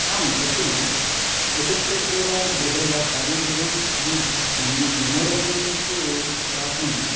आं सत्यं कृषिक्षेत्रे वा गृहे वा कार्यं कुर्वन् अहं मनः मनोरञ्जजनं तु प्राप्नोमि